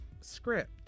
script